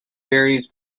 varies